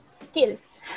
Skills